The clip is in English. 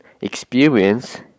experience